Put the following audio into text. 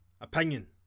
Opinion